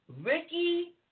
Ricky